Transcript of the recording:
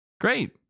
Great